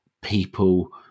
people